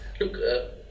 Look